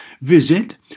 Visit